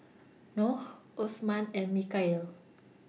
Noh Osman and Mikhail